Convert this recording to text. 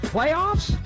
Playoffs